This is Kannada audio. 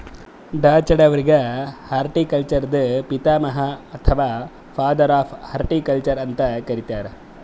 ಡಾ.ಚಢಾ ಅವ್ರಿಗ್ ಹಾರ್ಟಿಕಲ್ಚರ್ದು ಪಿತಾಮಹ ಅಥವಾ ಫಾದರ್ ಆಫ್ ಹಾರ್ಟಿಕಲ್ಚರ್ ಅಂತ್ ಕರಿತಾರ್